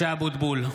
(קורא בשמות חברי הכנסת) משה אבוטבול,